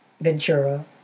Ventura